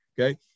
Okay